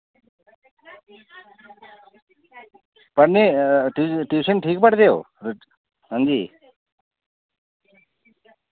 पढ़ने ट्यूशन ठीक पढ़दे ओह् हांजी